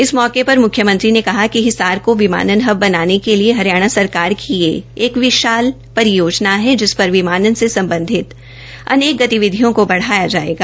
इस मौके पर मुख्यमंत्री ने कहा कि हिसार को विमानन हब बनाने के लिए हरियाणा सरकार का यह एक विशाल परियोजना है जिस पर विमानन संबंधित अनेक गतिविधियों को बढ़ाया जाएगा